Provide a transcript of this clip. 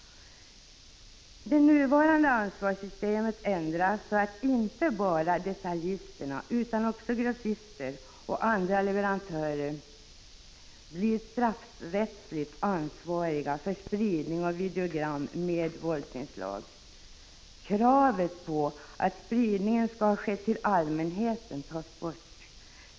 Det nuvarande ansvarssystemet ändras, så att inte bara detaljister utan också grossister och andra leverantörer blir straffrättsligt ansvariga för spridning av videogram med våldsinslag. Kravet på att spridningen skall ha skett till allmänheten tas bort.